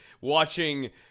watching